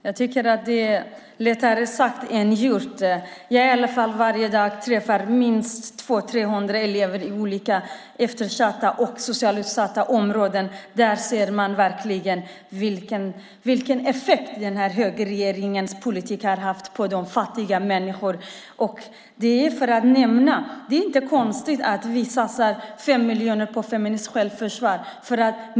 Fru talman! Jag tycker att det är lättare sagt än gjort. I alla fall jag träffar varje dag 200-300 elever i olika eftersatta och socialt utsatta områden, och där ser man verkligen vilken effekt högerregeringens politik har haft på fattiga människor. Det är inte konstigt att vi satsar 5 miljoner på feministiskt självförsvar.